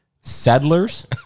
settlers